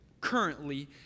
currently